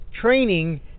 training